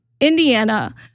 Indiana